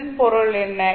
இதன் பொருள் என்ன